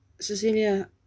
Cecilia